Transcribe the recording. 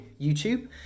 YouTube